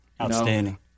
Outstanding